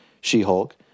She-Hulk